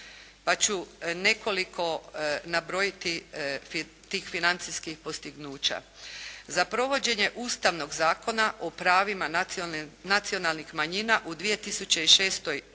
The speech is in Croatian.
Pa ću nekoliko nabrojiti tih financijskih postignuća. Za provođenje Ustavnog zakona o pravima nacionalnih manjina u 2006. godini